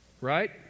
Right